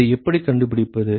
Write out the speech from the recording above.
இதை எப்படி கண்டுபிடிப்பது